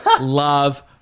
love